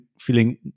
feeling